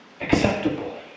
acceptable